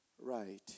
right